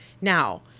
Now